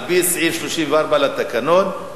על-פי סעיף 34 לתקנון,